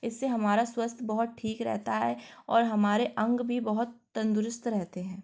इससे हमारा स्वास्थ्य बहुत ठीक रहता है और हमारे अंग भी बहुत तंदुरुस्त रहते हैं